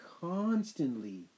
Constantly